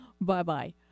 Bye-bye